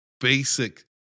basic